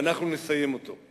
ואנחנו נסיים את זה.